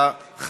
פקודת מס הכנסה,